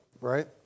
right